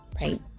right